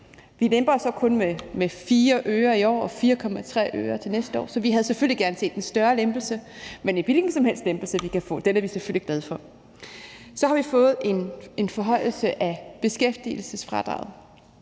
Vi lemper så kun med 4 øre i år og 4,3 øre til næste år, så vi havde selvfølgelig gerne set en større lempelse, men en hvilken som helst lempelse, vi kan få, er vi selvfølgelig glade for. Så har vi fået en forhøjelse af beskæftigelsesfradraget,